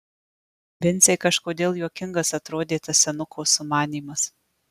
vincei kažkodėl juokingas atrodė tas senuko sumanymas